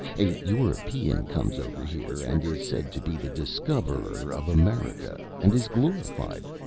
a european comes over here and is said to be the discoverer of america and is glorified.